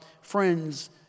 friends